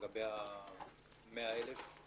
לגבי ה-100 אלף?